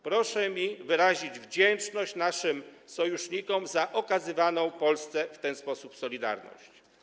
Proszę mi pozwolić wyrazić wdzięczność naszym sojusznikom za okazywaną Polsce w ten sposób solidarność.